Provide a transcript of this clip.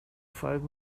five